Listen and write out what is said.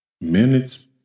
Minutes